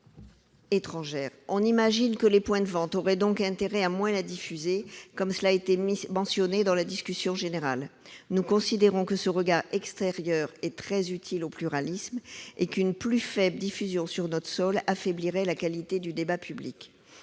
On imagine que les points de vente auraient donc intérêt à moins la diffuser. Comme cela l'a été mentionné dans la discussion générale, nous considérons que ce regard extérieur est très utile au pluralisme et qu'une plus faible diffusion sur notre sol affaiblirait la qualité du débat public.